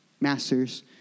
Masters